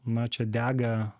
na čia dega